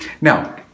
Now